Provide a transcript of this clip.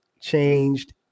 Changed